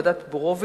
ועדת-בורוביץ.